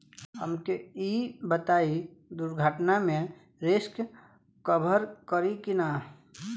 हमके ई बताईं दुर्घटना में रिस्क कभर करी कि ना?